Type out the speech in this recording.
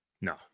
No